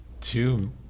two